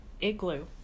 igloo